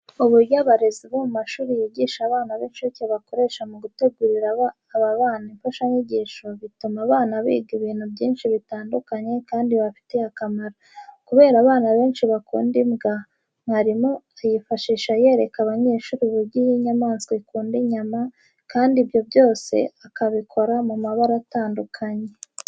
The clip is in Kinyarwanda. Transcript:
Uburyo abarezi bo mu mashuri yigisha abana b'inshuke bakoresha mu gutegurira aba bana imfashanyigisho, butuma abana biga ibintu byinshi bitandukanye kandi bibafitiye akamaro. Kubera abana benshi bakunda imbwa, mwarimu ayifashisha yereka abanyeshuri uburyo iyo nyamaswa ikunda inyama kandi ibyo byose akabikora mu mabara atandukanye.